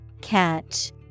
Catch